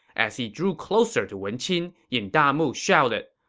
as he drew closer to wen qin, yin damu shouted,